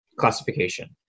Classification